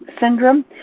syndrome